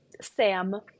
Sam